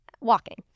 walking